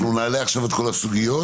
נעלה עכשיו את כל הסוגיות,